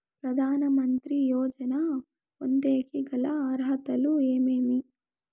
ప్రధాన మంత్రి యోజన పొందేకి గల అర్హతలు ఏమేమి?